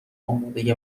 امادهی